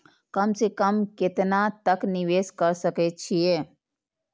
कम से कम केतना तक निवेश कर सके छी ए?